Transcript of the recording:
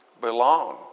Belong